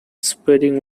spreading